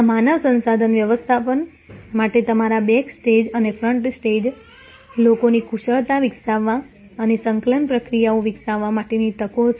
આ માનવ સંસાધન વ્યવસ્થાપન માટે તમારા બેકસ્ટેજ અને ફ્રન્ટસ્ટેજના લોકોની કુશળતા વિકસાવવા અને સંકલન પ્રક્રિયાઓ વિકસાવવા માટેની તકો છે